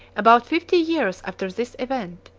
about fifty years after this event,